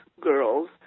girls